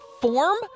form